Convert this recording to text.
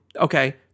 Okay